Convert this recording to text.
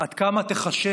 עד כמה תיחשב